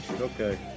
Okay